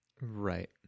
Right